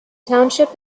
township